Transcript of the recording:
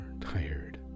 tired